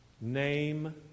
name